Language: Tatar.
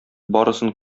барысын